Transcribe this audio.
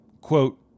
Quote